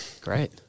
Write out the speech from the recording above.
Great